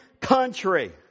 country